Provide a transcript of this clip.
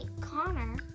Connor